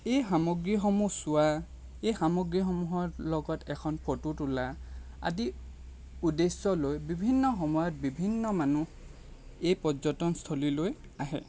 এই সামগ্ৰীসমূহ চোৱা এই সামগ্ৰীসমূহৰ লগত এখন ফটো তোলা আদি উদ্দেশ্য লৈ বিভিন্ন সময়ত বিভিন্ন মানুহ এই পৰ্যটনস্থলীলৈ আহে